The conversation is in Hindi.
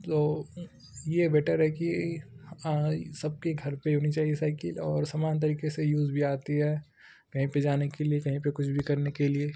तो ये बेटर है कि सबके घर पर होनी चाहिए साइकिल और सम्मान तरीके से यूज भी आती है कही पर जाने के लिए कहीं पर कुछ भी करने के लिए